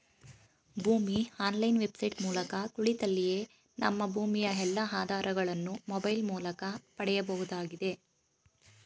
ಭೂಮಿ online website ಮೂಲಕ ಕುಳಿತಲ್ಲಿಯೇ ನಮ್ಮ ಭೂಮಿಯ ಎಲ್ಲಾ ಆಧಾರಗಳನ್ನು ಮೊಬೈಲ್ ಮೂಲಕ ಪಡೆಯಬಹುದಾಗಿದೆ